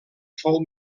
fou